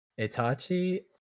Itachi